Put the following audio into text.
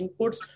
inputs